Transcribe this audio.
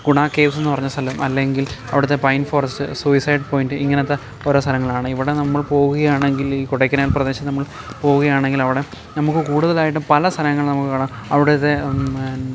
ഗുണ കേവ്സ് എന്നു പറഞ്ഞ സ്ഥലം അല്ലെങ്കിൽ അവിടുത്തെ പൈൻ ഫോറസ്റ്റ് സൂയിസൈഡ് പോയിൻ്റ് ഇങ്ങനത്തെ ഓരോ സ്ഥലങ്ങളാണ് ഇവിടെ നമ്മൾ പോകുകയാണെങ്കിൽ ഈ കൊടൈക്കനാൽ പ്രദേശം നമ്മൾ പോവുകയാണെങ്കിൽ അവിടെ നമുക്ക് കൂടുതലായിട്ടും പല സ്ഥലങ്ങൾ നമുക്ക് കാണാം അവിടുത്തെ